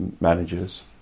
managers